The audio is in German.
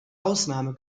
ausnahme